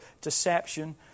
deception